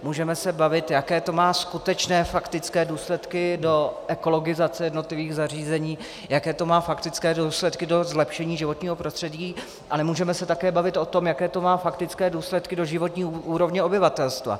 Můžeme se bavit, jaké to má skutečné faktické důsledky do ekologizace jednotlivých zařízení, jaké to má faktické důsledky do zlepšení životního prostředí, ale můžeme se také bavit o tom, jaké to má faktické důsledky do životní úrovně obyvatelstva.